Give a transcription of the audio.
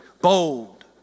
Bold